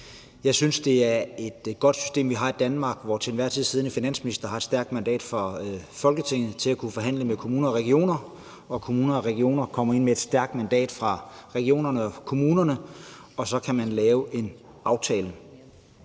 Jeg synes, det er et godt system, vi har i Danmark, hvor den til enhver tid siddende finansminister har et stærkt mandat fra Folketinget til at kunne forhandle med kommuner og regioner, og kommuner og regioner kommer ind med et stærkt mandat fra regionerne og kommunerne, og så kan man lave en aftale.